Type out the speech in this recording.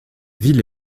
ville